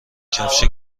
کفش